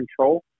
control